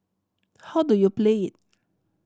how do you play it